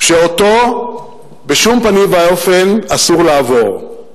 שאותו בשום פנים ואופן אסור לעבור.